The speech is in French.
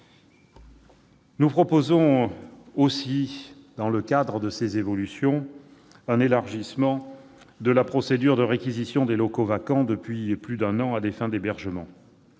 Nous proposons enfin, dans le cadre de ces évolutions, un élargissement de la procédure de réquisition des locaux vacants depuis plus d'un an à des fins d'hébergement.